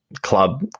club